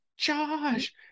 josh